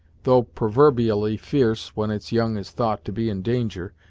though proverbially fierce when its young is thought to be in danger,